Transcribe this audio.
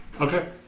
Okay